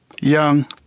Young